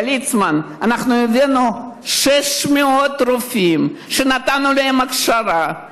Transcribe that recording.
לליצמן, אנחנו הבאנו 600 רופאים שנתנו להם הכשרה,